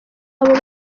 abo